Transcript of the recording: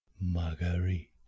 Marguerite